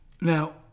Now